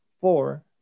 four